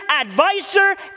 advisor